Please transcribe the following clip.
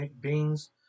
beings